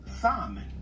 Simon